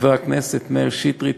חבר הכנסת מאיר שטרית,